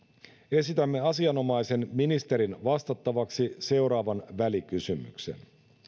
esitämme asianomaisen ministerin vastattavaksi seuraavan välikysymyksen